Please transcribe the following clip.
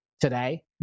today